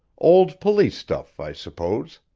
old police stuff, i suppose.